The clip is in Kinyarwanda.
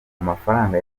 amafaranga